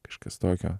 kažkas tokio